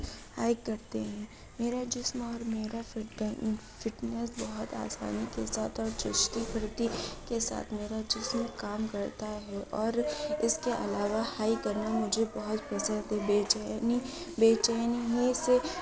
hike کرتے ہیں میرا جسم اور میرا فٹنا فٹنس بہت آسانی کے ساتھ اور چستی پھرتی کے ساتھ میرا جسم کام کرتا ہے اور اس کے علاوہ ہائیک کرنا مجھے بہت پسند ہے بے چینی بے چینی ہی سے